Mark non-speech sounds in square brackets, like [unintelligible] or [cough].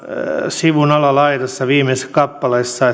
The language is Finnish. sivun viidessätoista alalaidassa viimeisessä kappaleessa [unintelligible]